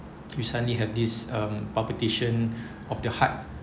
you suddenly have this um palpitation of the heart